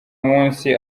muyobozi